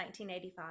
1985